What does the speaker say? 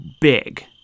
big –